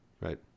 Right